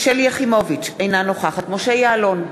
שלי יחימוביץ, אינה נוכחת משה יעלון,